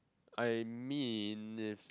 I mean if